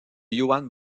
juan